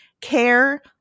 care